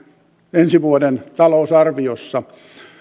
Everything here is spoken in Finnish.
ensi vuoden talousarviossa